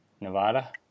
Nevada